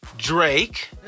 Drake